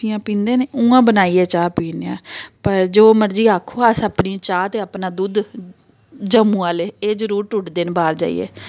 जि'यां पींदे न उ'आं बनाइयै चाह् पीन्ने आं पर जो मर्जी आखो अस अपनी चाह् ते अपना दुद्ध जम्मू आह्ले एह् जरूर ढूंढदे न बाह्र जाइयै